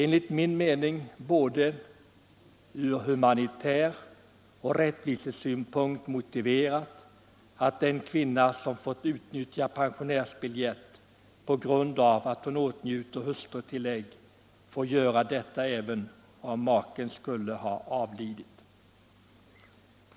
Enligt min mening vore det från humanitär synpunkt och från rättvisesynpunkt motiverat att en kvinna som fått utnyttja pensionärsbiljett på grund av att hon åtnjuter hustrutillägg får göra detta även om maken skulle ha avlidit.